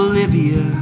Olivia